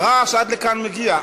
הרעש עד לכאן מגיע.